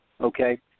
okay